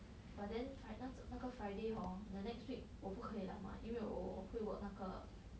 but then fri~ 那那个 friday hor the next week 我不可以 liao mah 因为我会 work 那个